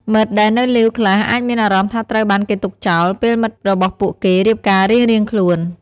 មិត្តដែលនៅលីវខ្លះអាចមានអារម្មណ៍ថាត្រូវបានគេទុកចោល ពេលមិត្តរបស់ពួកគេរៀបការរៀងៗខ្លួន។